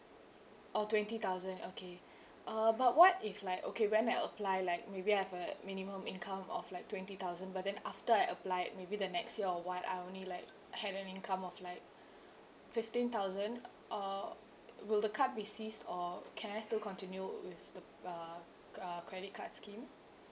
oh twenty thousand okay uh but what if like okay when I apply like maybe I've a minimum income of like twenty thousand but then after I applied maybe the next year or what I only like have an income of like fifteen thousand uh will the card be ceased or can I still continue with uh uh credit card scheme